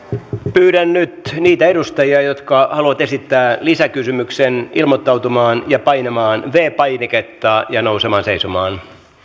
pyydän nyt niitä edustajia jotka haluavat esittää lisäkysymyksen ilmoittautumaan ja painamaan viides painiketta ja nousemaan seisomaan